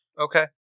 okay